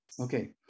Okay